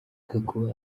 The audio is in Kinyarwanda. gakuba